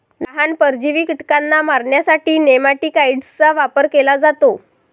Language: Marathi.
लहान, परजीवी कीटकांना मारण्यासाठी नेमॅटिकाइड्सचा वापर केला जातो